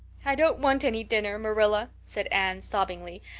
i don't want any dinner, marilla, said anne, sobbingly.